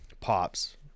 pops